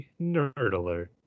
Nerdler